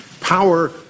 power